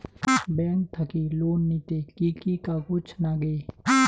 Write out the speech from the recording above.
Bank থাকি loan নিতে কি কি কাগজ নাগে?